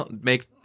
make